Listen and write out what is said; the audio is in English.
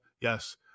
Yes